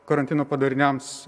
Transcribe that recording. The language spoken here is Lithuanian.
karantino padariniams